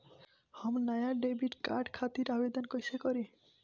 हम नया debit card खातिर आवेदन कईसे करी?